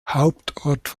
hauptort